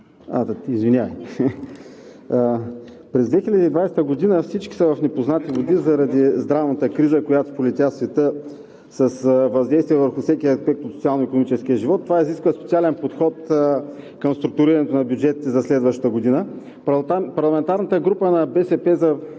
уважаеми колеги! През 2020 г. всички са в непознати води заради здравната криза, която сполетя света с въздействие върху всеки аспект от социално-икономическия живот. Това изисква социален подход към структурирането на бюджетите за следващата година. Парламентарната група на „БСП за